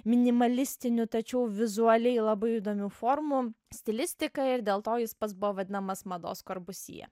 minimalistinių tačiau vizualiai labai įdomių formų stilistika ir dėl to jis pats buvo vadinamas mados korbusije